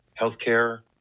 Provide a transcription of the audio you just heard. healthcare